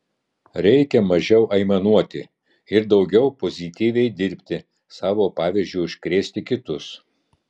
reikia mažiau aimanuoti ir daugiau pozityviai dirbti savo pavyzdžiu užkrėsti kitus